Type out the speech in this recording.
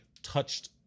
Touched